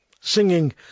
singing